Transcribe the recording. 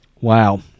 Wow